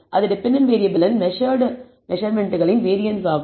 அது டிபெண்டன்ட் வேறியபிள்களின் மெசர்ட் மெசர்மென்ட்களின் வேரியன்ஸ் ஆகும்